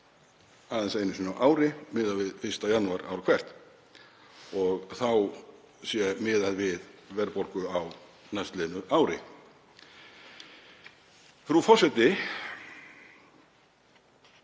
aðeins einu sinni á ári, miðað við 1. janúar ár hvert, og þá sé miðað við verðbólgu á næstliðnu ári. Frú forseti.